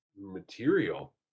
material